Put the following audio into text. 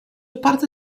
parte